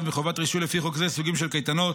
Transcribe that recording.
מחובת רישוי לפי חוק זה סוגים של קייטנות,